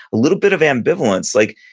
a little bit of ambivalence. like,